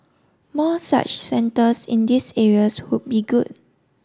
more such centres in these areas would be good